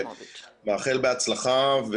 נאחל בהצלחה.